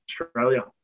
Australia